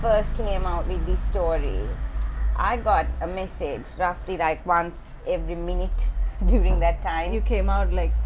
first came out with this story i got a message, roughly like. once every minute during that time. you came out like,